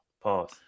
Pause